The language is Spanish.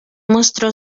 mostró